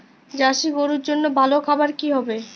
Jersey গরুর জন্য ভালো খাবার কি হবে?